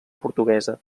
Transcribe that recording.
portuguesa